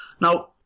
now